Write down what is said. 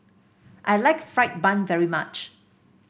I like fried bun very much